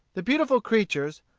the beautiful creatures,